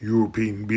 European